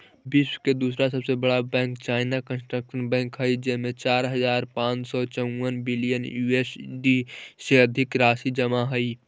विश्व के दूसरा सबसे बड़ा बैंक चाइना कंस्ट्रक्शन बैंक हइ जेमें चार हज़ार पाँच सौ चउवन बिलियन यू.एस.डी से अधिक राशि जमा हइ